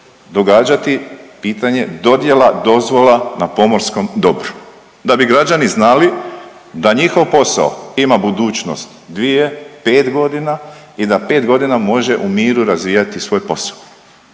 događati pitanje dodjela dozvola na pomorskom dobru, da bi građani znali da njihov posao ima budućnost 2, 5 godina i da 5 godina može u miru razvijati svoj posao.